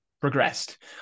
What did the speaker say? progressed